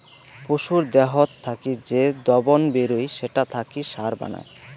পশুর দেহত থাকি যে দবন বেরুই সেটা থাকি সার বানায়